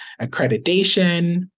accreditation